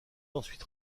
ensuite